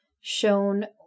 shown